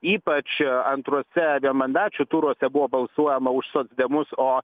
ypač jo antruose vienmandačių turuose buvo balsuojama už socdemus o